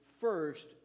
first